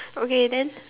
okay then